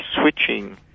switching